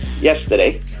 yesterday –